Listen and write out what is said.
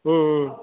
ம் ம்